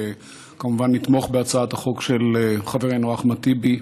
וכמובן נתמוך בהצעת החוק של חברנו אחמד טיבי.